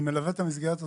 אני מלווה את המסגרת הזו